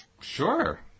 Sure